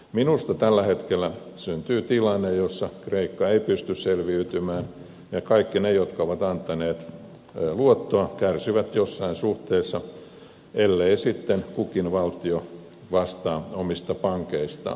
minusta tällä hetkellä syntyy tilanne jossa kreikka ei pysty selviytymään ja kaikki ne jotka ovat antaneet luottoa kärsivät jossain suhteessa ellei sitten kukin valtio vastaa omista pankeistaan